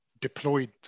deployed